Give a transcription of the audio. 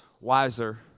wiser